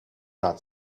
not